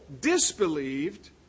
disbelieved